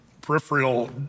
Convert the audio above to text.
peripheral